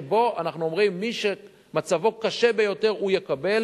ואנחנו אומרים: מי שמצבו קשה ביותר הוא יקבל,